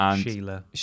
Sheila